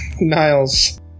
Niles